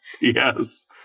yes